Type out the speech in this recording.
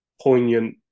poignant